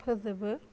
फोजोबो